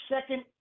second